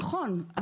נכון.